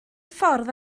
ffordd